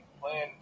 playing